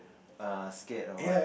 err scared or what